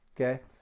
Okay